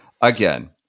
again